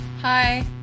Hi